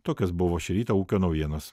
tokios buvo šį rytą ūkio naujienos